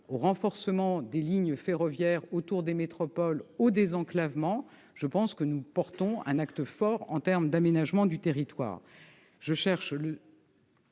au renforcement des lignes ferroviaires autour des métropoles et au désenclavement, nous posons un acte fort en termes d'aménagement du territoire.